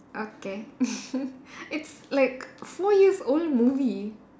okay it's like four years old movie